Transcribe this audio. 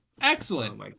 Excellent